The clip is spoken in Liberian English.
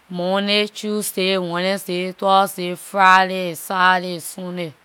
Monday, tuesday, wednesday, thursday, friday and saturday and sunday